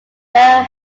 very